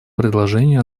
предложения